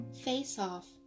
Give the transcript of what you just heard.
face-off